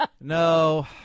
No